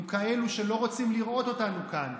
עם כאלה שלא רוצים לראות אותנו כאן,